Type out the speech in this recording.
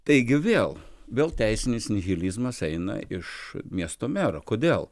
taigi vėl vėl teisinis nihilizmas eina iš miesto mero kodėl